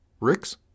Ricks